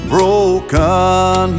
Broken